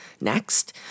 Next